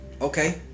Okay